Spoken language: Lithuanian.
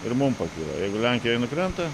ir mum pakilo jeigu lenkijoj nukrenta